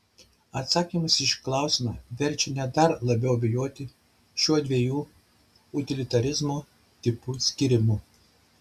atsakymas į šį klausimą verčia net dar labiau abejoti šiuo dviejų utilitarizmo tipų skyrimu